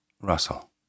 Russell